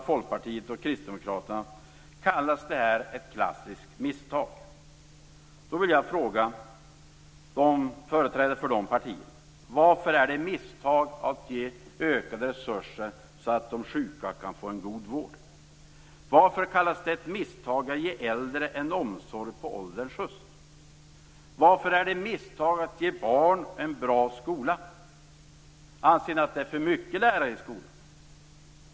Folkpartiet och Kristdemokraterna kallas detta "ett klassiskt misstag". Då vill jag fråga företrädarna för dessa partier: Varför är det ett misstag att ge ökad resurser så att de sjuka kan få en god vård? Varför kallas det ett misstag att ge äldre en omsorg på ålderns höst? Varför är det ett misstag att ge barnen en bra skola? Anser ni att det är för mycket lärare i skolan?